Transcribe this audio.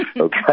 Okay